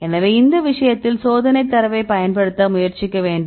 எனவே இந்த விஷயத்தில் சோதனைத் தரவைப் பயன்படுத்த முயற்சிக்க வேண்டும்